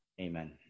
Amen